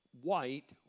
white